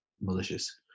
malicious